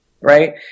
right